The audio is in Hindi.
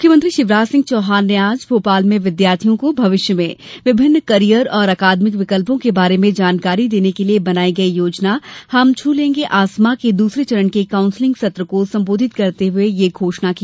मुख्यमंत्री शिवराज सिंह चौहान ने आज भोपाल में विद्यार्थियों को भविष्य में विभिन्न कॅरियर और अकादमिक विकल्पों के बारे में जानकारी देने के लिये बनायी गयी योजना हम छू लेंगे आसमाँ के दूसरे चरण के कांउसलिंग सत्र को संबोधित करते हुये यह घोषणा की